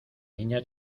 niña